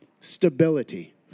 Stability